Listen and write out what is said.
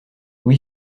oui